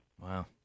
Wow